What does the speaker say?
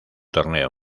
torneo